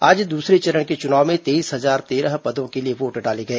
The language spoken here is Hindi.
आज दूसरे चरण के चुनाव में तेईस हजार तेरह पदों के लिए वोट डाले गए